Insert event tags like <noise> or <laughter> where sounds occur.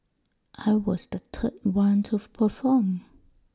I was the third one to <unintelligible> perform